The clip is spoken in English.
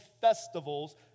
festivals